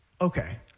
Okay